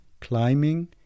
climbing